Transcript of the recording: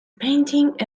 painting